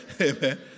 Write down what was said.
Amen